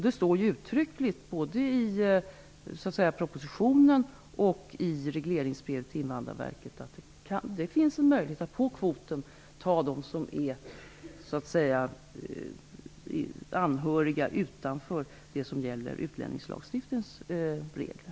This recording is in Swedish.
Det står uttryckligt både i propositionen och i regleringsbrevet till Invandrarverket att det finns en möjlighet att via kvoten ta emot sådana anhöriga som faller utanför utlänningslagstiftningens regler.